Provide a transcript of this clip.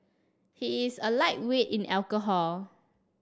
he is a lightweight in alcohol